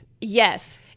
yes